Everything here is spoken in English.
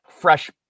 fresh